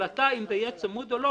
שההחלטה אם זה יהיה צמוד או לא,